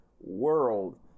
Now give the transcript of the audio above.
world